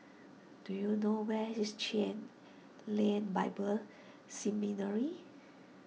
do you know where is Chen Lien Bible Seminary